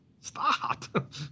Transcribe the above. stop